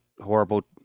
horrible